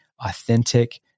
authentic